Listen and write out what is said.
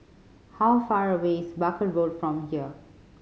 how far away is Barker Road from here